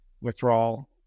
withdrawal